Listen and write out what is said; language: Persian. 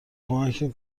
کمکتون